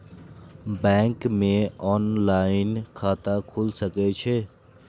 Bank में online खाता खुल सके छे?